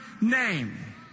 name